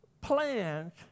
plans